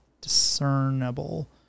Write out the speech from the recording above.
discernible